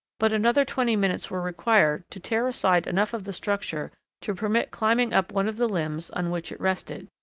but another twenty minutes were required to tear aside enough of the structure to permit climbing up one of the limbs on which it rested.